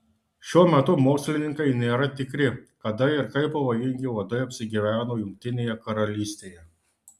šiuo metu mokslininkai nėra tikri kada ir kaip pavojingi uodai apsigyveno jungtinėje karalystėje